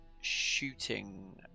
shooting